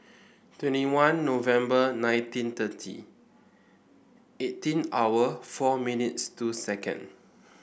twenty one November nineteen thirty eighteen hour four minutes two second